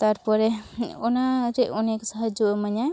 ᱛᱟᱨᱯᱚᱨᱮ ᱚᱱᱟᱨᱮ ᱚᱱᱮᱠ ᱥᱟᱦᱟᱡᱡᱳ ᱮᱢᱟᱹᱧᱟᱭ